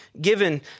given